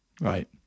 Right